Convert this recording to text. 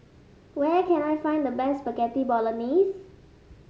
where can I find the best Spaghetti Bolognese